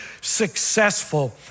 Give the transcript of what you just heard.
successful